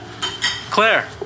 Claire